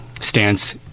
stance